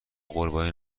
قربانی